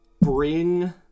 bring